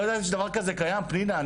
לא ידעתי שזה קיים, פנינה.